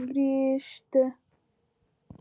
grįžti